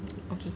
okay